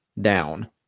down